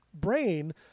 brain